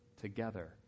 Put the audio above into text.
together